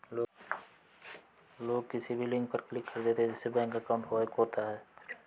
लोग किसी भी लिंक पर क्लिक कर देते है जिससे बैंक अकाउंट हैक होता है